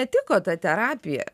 netiko ta terapija